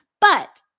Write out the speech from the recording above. But-